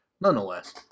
nonetheless